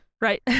Right